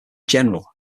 general